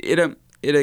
yra ir